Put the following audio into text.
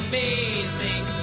Amazing